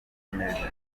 akomeje